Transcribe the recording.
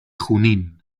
junín